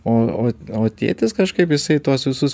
o o o tėtis kažkaip jisai tuos visus